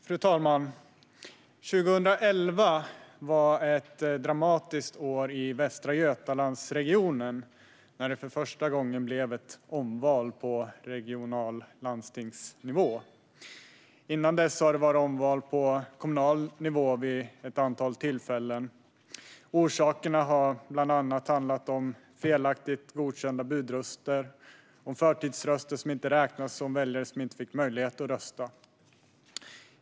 Fru talman! År 2011 var ett dramatiskt år i Västra Götalandsregionen. För första gången blev det ett omval på landstings och regional nivå. Innan dess har det varit omval på kommunal nivå vid ett antal tillfällen. Orsakerna har bland annat varit felaktigt godkända budröster, förtidsröster som inte räknats och väljare som inte fått möjlighet att rösta.